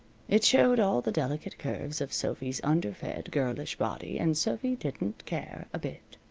it showed all the delicate curves of sophy's under-fed, girlish body, and sophy didn't care a bit.